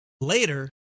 Later